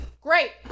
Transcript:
great